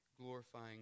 glorifying